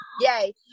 yay